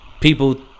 people